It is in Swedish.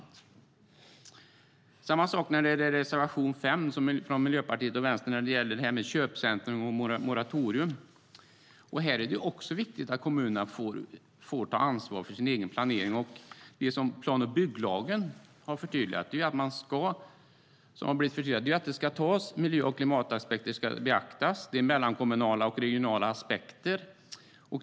Det är samma sak när det gäller reservation 5 från Miljöpartiet och Vänstern om köpcentrum och moratorium. Här är det också viktigt att kommunerna får ta ansvar för sin egen planering. Det som har blivit förtydligat i plan och bygglagen är att miljö och klimataspekter ska beaktas. Det handlar om mellankommunala och regionala aspekter.